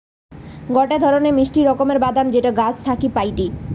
গটে ধরণের মিষ্টি রকমের বাদাম যেটা গাছ থাকি পাইটি